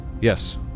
Yes